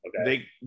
Okay